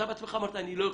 אתה בעצמך אמרת, אני לא יכול,